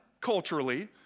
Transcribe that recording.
culturally